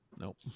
Nope